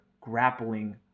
grappling